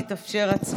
תיקון) (תיקון,